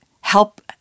help